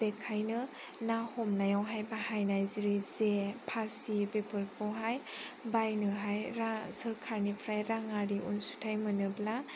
बेनिखायनो ना हमनायावहाय बाहायनाय जेरै जे फासि बेफोरखौहाय बायनोहाय सरखारनिफ्राय रांआरि अनसुंथाइ मोनोब्ला